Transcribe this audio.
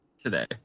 today